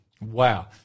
Wow